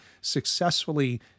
successfully